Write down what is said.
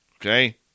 okay